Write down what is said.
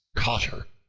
caught her.